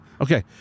Okay